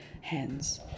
hands